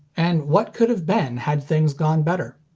and what could have been had things gone better?